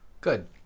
Good